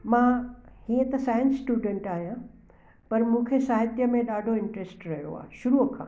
मां हीअं त साईंस स्टूडंट आहियां पर मूंखे साहित्य में ॾाढो इंटरस्ट रहियो आहे शुरूअ खां